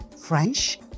French